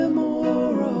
more